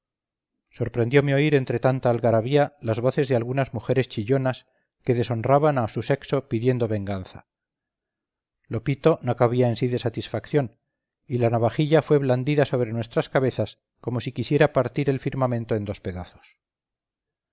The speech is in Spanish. concierto sorprendiome oír entre tanta algarabía las voces de algunas mujeres chillonas que deshonraban a su sexo pidiendo venganza lopito no cabía en sí de satisfacción y la navajilla fue blandida sobre nuestras cabezas como si quisiera partir el firmamento en dos pedazos